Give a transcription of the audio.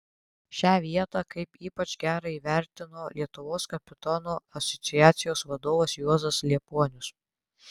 šią vietą kaip ypač gerą įvertino lietuvos kapitonų asociacijos vadovas juozas liepuonius